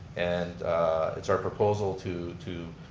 and it's our proposal to to